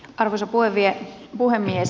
arvoisa puhemies